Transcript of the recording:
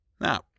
Now